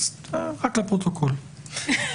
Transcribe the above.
רק לפרוטוקול.